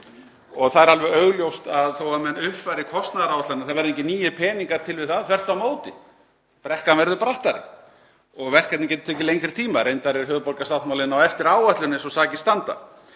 Það er alveg augljóst að þó að menn uppfæri kostnaðaráætlanir þá verða engir nýir peningar til við það, þvert á móti verður brekkan brattari og verkefnið getur tekið lengri tíma. Reyndar er höfuðborgarsáttmálinn á eftir áætlun eins og sakir standa.